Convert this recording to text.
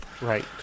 Right